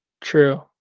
True